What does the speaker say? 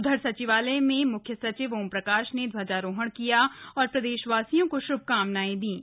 उधर सचिवालय में मुख्य सचिव ओम प्रकाश ने ध्वजारोहण किया और प्रदेशवासियों को श्भकामनाएं दीं